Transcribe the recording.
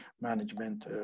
management